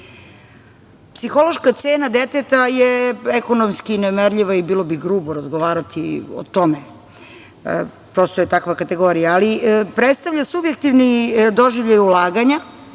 cena deteta je ekonomski nemerljiva i bilo bi grubo razgovarati o tome, prosto je takva kategorija. Ali, predstavlja subjektivni doživljaj ulaganja,